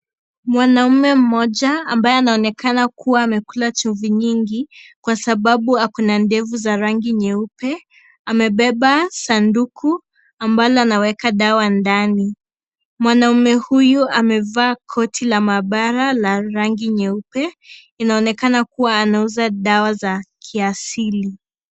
Mwanaume mmoja ambaye anaonekana kuwa amekula chumvi nyingi, kwa sababu ako na ndevu za rangi nyeupe, amebeba sanduku ambalo anaweka dawa ndani. Mwanaume huyu amevaa koti la maabara la rangi nyeupe, inaonekana kuwa anauza dawa za kiasili.